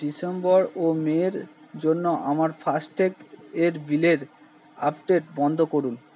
December ও মের জন্য আমার ফাস্ট ট্যাগ এর বিলের আপডেট বন্ধ করুন